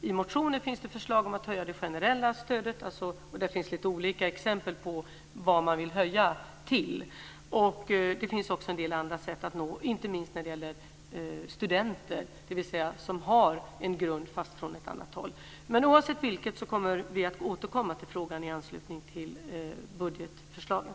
I motioner finns det förslag om att höja det generella stödet. Det finns lite olika exempel på vad man vill höja till. Det finns också en del andra sätt att uppnå detta, inte minst när det gäller studenter, dvs. de som har en grund som kommer från ett annat håll. Vi kommer att återkomma till frågan i anslutning till budgetförslagen.